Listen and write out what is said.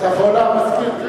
תבוא למזכיר.